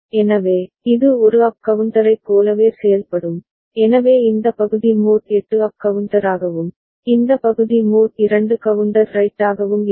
எனவே இது ஒரு அப் கவுண்டரைப் போலவே செயல்படும் எனவே இந்த பகுதி மோட் 8 அப் கவுண்டராகவும் இந்த பகுதி மோட் 2 கவுண்டர் ரைட்டாகவும் இருக்கும்